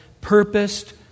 purposed